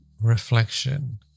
reflection